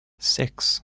six